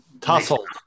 Tussled